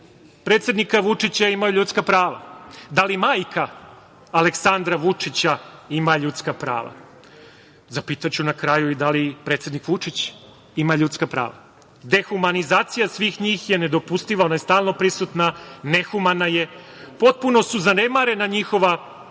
predsednika Vučića imaju ljudska prava? Da li majka Aleksandra Vučića ima ljudska prava? Zapitaću na kraju, da li i predsednik Vučić ima ljudska prava? Dehumanizacija svih njih je nedopustiva, ona je stalno prisutna, nehumana je. Potpuno su zanemarena njihova ljudska